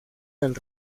del